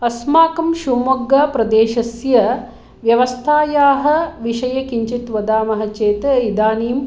अस्माकं शिव्मोग्गाप्रदेशस्य व्यवस्थायाः विषये किञ्चित् वदामः चेत् इदानीं